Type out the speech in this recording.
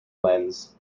lens